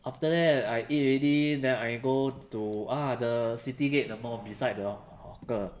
after that I eat already then I go to ah the city gate the mall beside the hawker